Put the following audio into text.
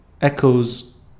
echoes